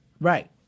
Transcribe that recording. Right